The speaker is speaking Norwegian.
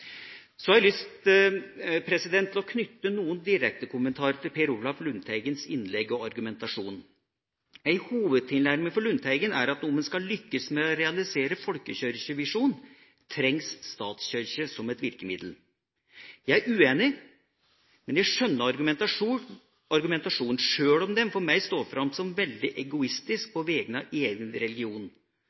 Så har jeg lyst til å knytte noen direktekommentarer til Per Olaf Lundteigens innlegg og argumentasjon. Ei hovedtilnærming for Lundteigen er at om en skal lykkes med å realisere folkekirkevisjonen, trengs statskirke som et virkemiddel. Jeg er uenig, men jeg skjønner argumentasjonen, sjøl om den for meg står fram som veldig egoistisk på vegne av egen religion